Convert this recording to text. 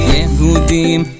Yehudim